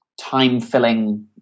time-filling